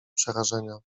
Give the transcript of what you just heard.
przerażenia